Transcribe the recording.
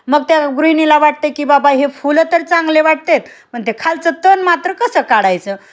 मग त्या गृहिणीला वाटते की बाबा हे फुलं तर चांगले वाटते पण ते खालचं तण मात्र कसं काढायचं